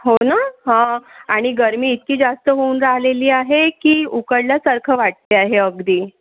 हो ना हां आणि गर्मी इतकी जास्त होऊन राहिलेली आहे की उकडल्यासारखं वाटते आहे अगदी